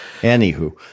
Anywho